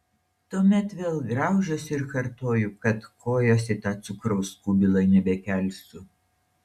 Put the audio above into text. tuomet vėl graužiuosi ir kartoju kad kojos į tą cukraus kubilą nebekelsiu